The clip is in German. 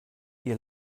ihr